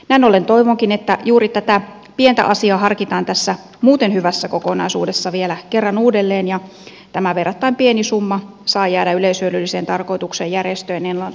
näin ollen toivonkin että juuri tätä pientä asiaa harkitaan tässä muuten hyvässä kokonaisuudessa vielä kerran uudelleen ja tämä verrattain pieni summa saa jäädä yleishyödylliseen tarkoitukseen järjestöjen ennalta ehkäisevään työhön